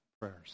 prayers